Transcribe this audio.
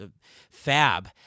fab